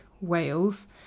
Wales